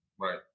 Right